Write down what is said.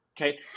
okay